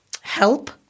help